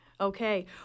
Okay